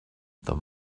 them